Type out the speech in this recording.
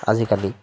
আজিকালি